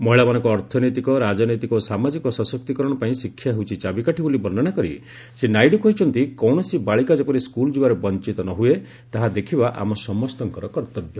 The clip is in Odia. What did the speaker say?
ମହିଳାମାନଙ୍କ ଅର୍ଥନୈତିକ ରାଜନୈତିକ ଓ ସାମାଜିକ ସଶକ୍ତୀକରଣ ପାଇଁ ଶିକ୍ଷା ହେଉଛି ଚାବିକାଠି ବୋଲି ବର୍ଷ୍ଣନା କରି ଶ୍ରୀ ନାଇଡ୍ର କହିଛନ୍ତି କୌଣସି ବାଳିକା ଯେପରି ସ୍କଲ୍ ଯିବାରୁ ବଞ୍ଚତ ନ ହୁଏ ତାହା ଦେଖିବା ଆମ ସମସ୍ତଙ୍କର କର୍ତ୍ତବ୍ୟ